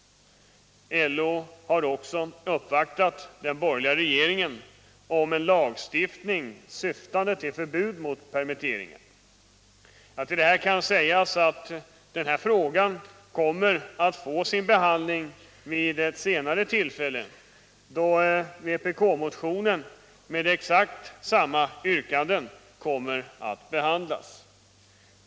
LO har också uppvaktat den borgerliga regeringen om en lagstiftning syftande till förbud mot permitteringar. Till detta kan sägas att denna fråga kommer att få sin behandling vid ett senare tillfälle, då vpk-motioner med exakt samma yrkande kommer att behandlas.